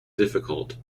difficult